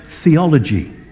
theology